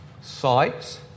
sites